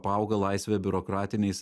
paauga laisvė biurokratiniais